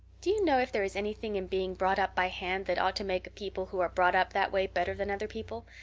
do you know if there is anything in being brought up by hand that ought to make people who are brought up that way better than other people?